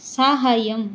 साहाय्यम्